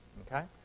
ok?